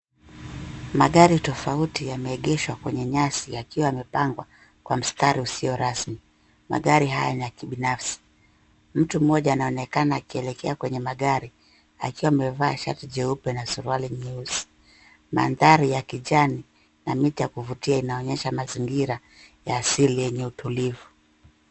Magari tofauti yameegeshwa kwenye nyasi yakiwa yamepangwa kwa mstari usio rasmi. Magari haya ni ya kibinafsi. Mtu mmoja anaonekana akielekea kwenye magari akiwa amevaa shati jeupe na suruali nyeusi. Mandhari ya kijani na miti ya kuvutia inaonyesha mazingira ya asili yenye utulivu.